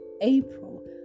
April